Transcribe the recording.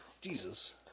Jesus